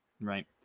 right